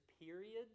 periods